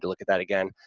look at that again,